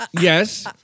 Yes